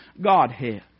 Godhead